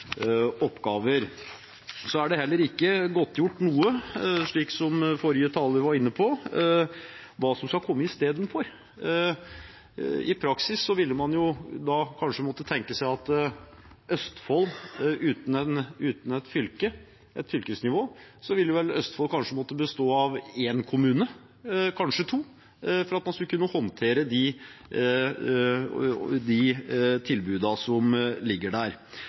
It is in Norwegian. oppgaver. Så er det heller ikke godtgjort, slik som forrige taler var inne på, hva som skal komme istedenfor. I praksis ville man da kanskje måtte tenke seg at Østfold uten et fylkesnivå ville måtte bestå av én kommune, kanskje to, for at man skulle kunne håndtere de tilbudene som ligger der.